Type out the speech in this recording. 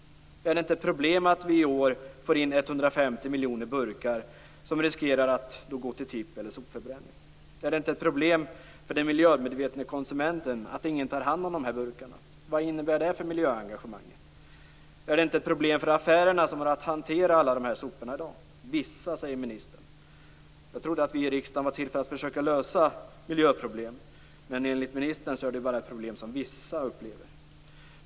Är det inte ett problem att vi i år får in 150 miljoner burkar som riskerar att gå till tippen eller sopförbränning? Är det inte ett problem för den miljömedvetne konsumenten att ingen tar hand om dessa burkar? Vad innebär det för miljöengagemanget? Är det inte ett problem för affärerna som har att hantera alla dessa sopor i dag? Vissa, säger ministern. Jag trodde att vi i riksdagen var till för att försöka lösa miljöproblem. Men enligt ministern är det bara ett problem som vissa upplever.